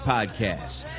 Podcast